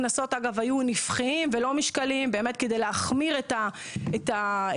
הקנסות היו נפחיים ולא משקליים באמת כדי להחמיר את הדבר,